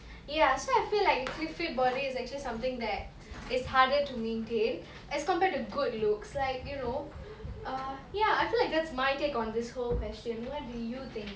ya so I feel like fit fit body is actually something that it's harder to maintain as compared to good looks like you know err ya I feel like that's my take on this whole question what do you think